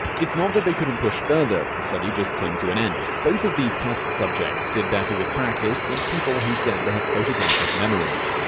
it's not that they couldn't push further the study just came to an end. both of these test subjects did better with practice than people who said they had photographic memories.